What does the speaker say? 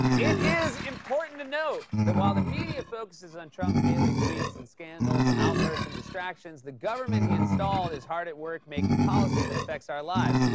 it is important to note that while the media focuses on trump's daily tweets and scandals, outbursts and distractions, the government he installed is hard at work making policy that affects our lives.